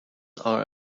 are